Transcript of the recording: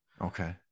Okay